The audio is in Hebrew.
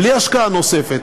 בלי השקעה נוספת,